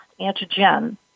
antigen